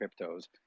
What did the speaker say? cryptos